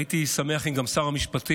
הייתי שמח אם גם שר המשפטים,